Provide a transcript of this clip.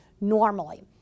normally